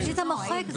זאת העמדה שלנו.